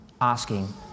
asking